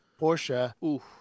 Porsche